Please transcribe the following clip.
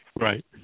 Right